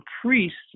priests